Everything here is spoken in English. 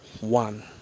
one